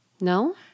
No